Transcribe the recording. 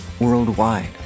worldwide